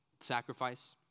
sacrifice